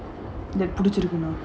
பிடிச்சிருக்குனா:pidichirukunaa